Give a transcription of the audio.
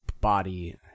body